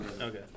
Okay